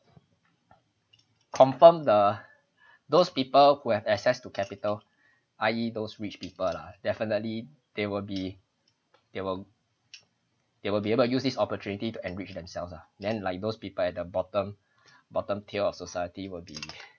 confirm the those people who have access to capital I_E those rich people lah definitely they will be there will there will be able use this opportunity to enrich themselves lah then like those people at the bottom bottom tier of society will be